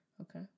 Okay